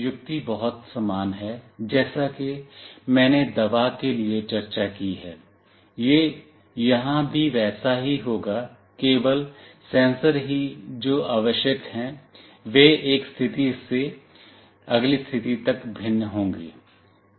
युक्ति बहुत समान है जैसा कि मैंने दवा के लिए चर्चा की है यह यहां भी वैसा ही होगा केवल सेंसर ही जो आवश्यक हैं वे एक स्थिति से अगली स्थिति तक भिन्न होंगे